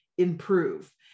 improve